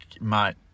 mate